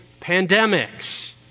pandemics